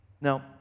Now